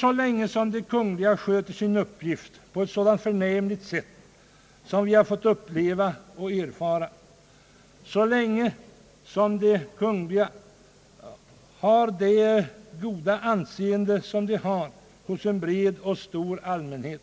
Så länge som de kungliga sköter sin uppgift på ett så förnämligt sätt som vi har fått uppleva och erfara, så länge som de kungliga har ett så gott anseende hos en bred allmänhet,